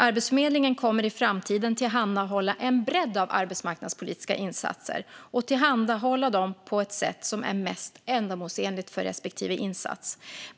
Arbetsförmedlingen kommer i framtiden att tillhandahålla en bredd av arbetsmarknadspolitiska insatser och tillhandahålla dem på ett sätt som är mest ändamålsenligt för respektive insats.